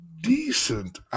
Decent